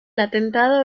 atentado